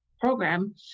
program